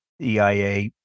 EIA